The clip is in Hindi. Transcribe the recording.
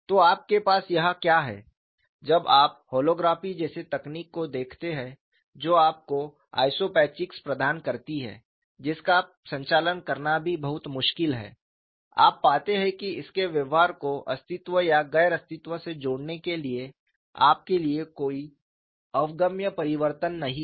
तो आपके पास यहां क्या है जब आप होलोग्राफी जैसी तकनीक को देखते हैं जो आपको आइसोपैचिक्स प्रदान करती है जिसका संचालन करना भी बहुत मुश्किल हैआप पाते हैं कि इसके व्यवहार को अस्तित्व या गैर अस्तित्व से जोड़ने के लिए आपके लिए कोई अवगम्य परिवर्तन नहीं है